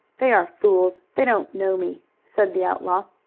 they are fools! they don't know me! said the outlaw.